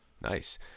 Nice